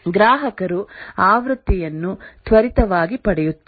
ಗ್ರಾಹಕರು ಆವೃತ್ತಿಯನ್ನು ತ್ವರಿತವಾಗಿ ಪಡೆಯುತ್ತಾರೆ